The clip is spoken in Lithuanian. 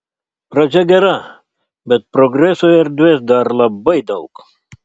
pradžia gera bet progresui erdvės dar labai daug